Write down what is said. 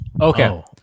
Okay